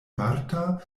marta